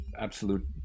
Absolute